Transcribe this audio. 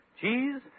Cheese